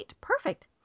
Perfect